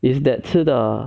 is that 吃的